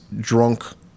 drunk